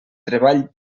treball